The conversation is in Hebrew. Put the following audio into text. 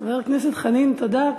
חבר הכנסת חנין, תודה.